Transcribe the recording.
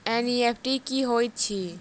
NEFT की होइत अछि?